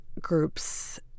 groups